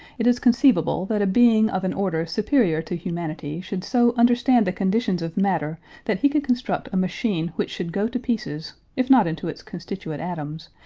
it is conceivable that a being of an order superior to humanity should so understand the conditions of matter that he could construct a machine which should go to pieces, if not into its constituent atoms,